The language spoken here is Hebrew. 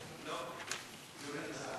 כבוד סגן השר,